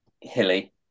hilly